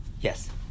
yes